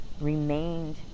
remained